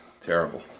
terrible